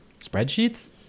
spreadsheets